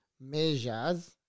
measures